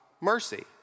mercy